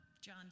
John